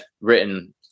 written